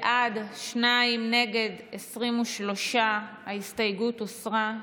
בעד, שניים, נגד, 23. ההסתייגות הוסרה.